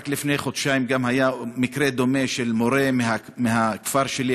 רק לפני חודשיים היה מקרה דומה של מורה מהכפר שלי,